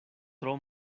tro